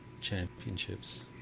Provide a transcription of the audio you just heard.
championships